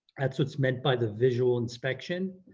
that's what's meant by the visual inspection.